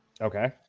Okay